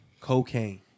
cocaine